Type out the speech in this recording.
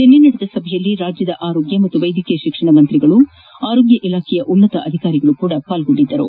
ನಿನ್ನೆ ನಡೆದ ಸಭೆಯಲ್ಲಿ ರಾಜ್ಯದ ಆರೋಗ್ಯ ಮತ್ತು ವೈದ್ಯಕೀಯ ಶಿಕ್ಷಣ ಸಚಿವರು ಆರೋಗ್ಯ ಇಲಾಖೆಯ ಉನ್ನತ ಅಧಿಕಾರಿಗಳು ಸಹ ಭಾಗವಹಿಸಿದ್ದರು